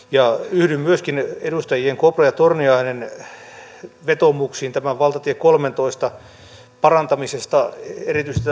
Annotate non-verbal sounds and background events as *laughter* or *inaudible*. yhdyn myöskin edustajien kopra ja torniainen vetoomukseen valtatie kolmentoista parantamiseksi erityisesti *unintelligible*